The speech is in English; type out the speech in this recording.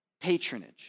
patronage